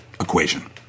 equation